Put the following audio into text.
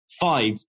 five